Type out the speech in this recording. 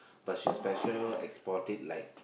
but she special export it like